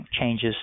changes